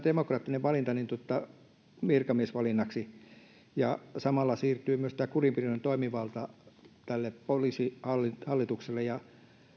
demokraattinen valinta virkamiesvalinnaksi ja samalla siirtyy tämä kurinpidollinen toimivalta poliisihallitukselle ja